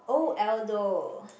oh Aldo